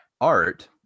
art